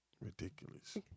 Ridiculous